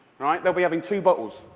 right? they'll be having two bottles,